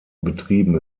betrieben